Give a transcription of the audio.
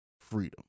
freedom